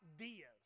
ideas